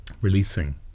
releasing